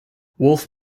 wolf